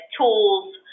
tools